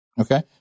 okay